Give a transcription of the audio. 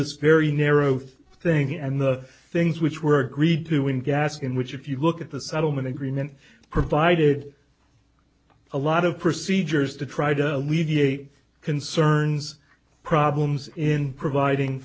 this very narrow thing and the things which were agreed to in gaskin which if you look at the settlement agreement provided a lot of procedures to try to alleviate concerns problems in providing